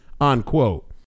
unquote